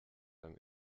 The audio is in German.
beim